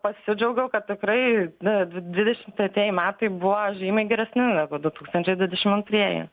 pasidžiaugiau kad tikrai na dvidešimt tretieji metai buvo žymiai geresni negu du tūkstančiai dvidešim antrieji